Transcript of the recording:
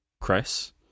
Chris